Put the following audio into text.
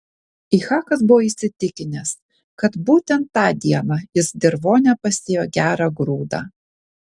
ichakas buvo įsitikinęs kad būtent tą dieną jis dirvone pasėjo gerą grūdą